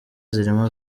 zirimo